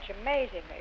amazingly